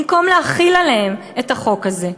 במקום להחיל עליהם את החוק הזה.